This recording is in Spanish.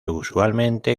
usualmente